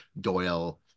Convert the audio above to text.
Doyle